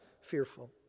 fearful